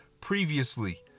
previously